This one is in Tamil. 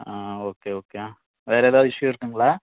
ஆஆ ஓகே ஓகே வேறு எதாவது இஷு இருக்குங்களா